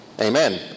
Amen